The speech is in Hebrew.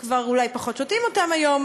אולי כבר פחות שותים אותם היום,